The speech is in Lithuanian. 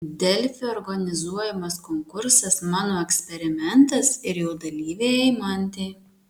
delfi organizuojamas konkursas mano eksperimentas ir jo dalyvė eimantė